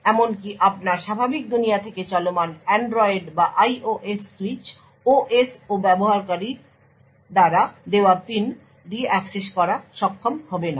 এমনকি আপনার স্বাভাবিক দুনিয়া থেকে চলমান Android বা IOS সুইচ OSও ব্যবহারকারীর দ্বারা দেওয়া পিন দিয়ে অ্যাক্সেস করতে সক্ষম হবে না